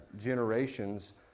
generations